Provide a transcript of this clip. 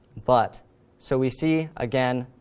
but so we see, again,